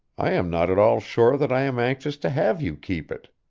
i am not at all sure that i am anxious to have you keep it.